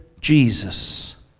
Jesus